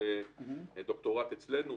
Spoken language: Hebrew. של דוקטורט אצלנו.